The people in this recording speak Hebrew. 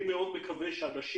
אני מקווה מאוד שאם